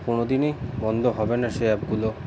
কোনো দিনই বন্ধ হবে না সে অ্যাপগুলো